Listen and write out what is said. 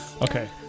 okay